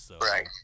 Right